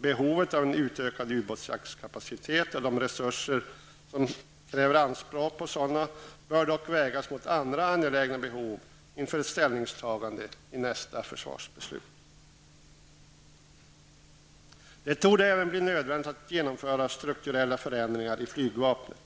Behovet av en utökad ubåtsjaktkapacitet och de resursanspråk en sådan kan ställa bör dock vägas mot andra angelägna behov inför ett ställningstagande i nästa försvarsbeslut. Det torde även bli nödvändigt att genomföra strukturella förändringar i flygvapnet.